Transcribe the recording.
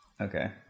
Okay